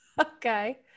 Okay